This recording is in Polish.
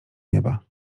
nieba